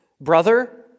brother